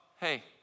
hey